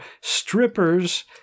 strippers